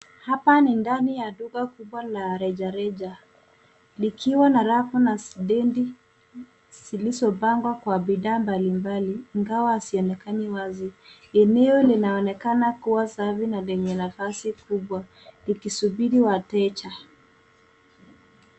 Hapa ni ndani ya duka kubwa la rejareja, likiwa na rafu na stendi zilizopangwa kwa bidhaa mbalimbali, ingawa hazionekani wazi. Eneo linaonekana kuwa safi na lenye nafasi kubwa, likisubiri wateja.